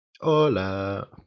Hola